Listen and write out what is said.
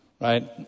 right